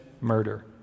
murder